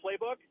playbook